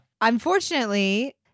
Unfortunately